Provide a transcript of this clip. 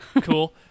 cool